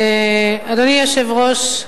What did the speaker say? אדוני היושב-ראש,